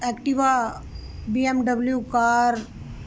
Activa BMW car